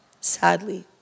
sadly